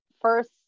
first